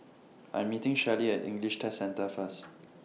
I'm meeting Shellie At English Test Centre First